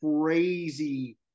crazy